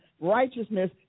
righteousness